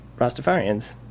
Rastafarians